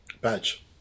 Badge